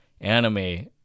anime